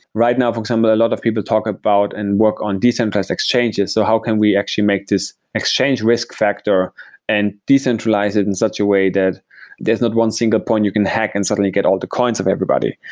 right now, for example, a lot of people talk about and work on decentralized exchanges. so how can we actually make this exchange risk factor and decentralize it in such a way that there's not one single point you can hack and suddenly get all the coins of everybody.